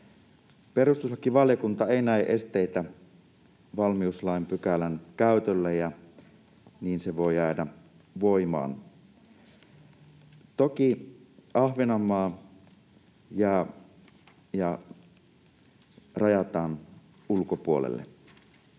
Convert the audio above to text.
Perustuslakivaliokunta ei näe esteitä valmiuslain pykälän käytölle, ja niin se voi jäädä voimaan. Toki Ahvenanmaa jää ja rajataan ulkopuolelle.